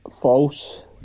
False